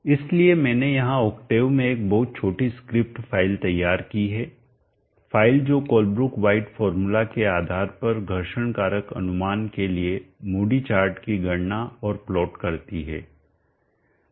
इसलिए मैंने यहां ओक्टेव में एक बहुत छोटी स्क्रिप्ट फ़ाइल तैयार की है फ़ाइल जो कोलब्रुक व्हाइट फॉर्मूला के आधार पर घर्षण कारक अनुमान के लिए मूडी चार्ट की गणना और प्लॉट करती है